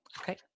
Okay